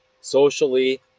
socially